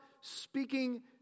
speaking